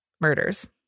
murders